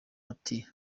ati